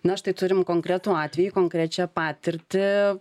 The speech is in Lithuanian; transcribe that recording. na štai turim konkretų atvejį konkrečią patirtį